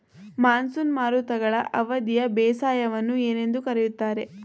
Monsoon ಮಾರುತಗಳ ಅವಧಿಯ ಬೇಸಾಯವನ್ನು ಏನೆಂದು ಕರೆಯುತ್ತಾರೆ?